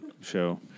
show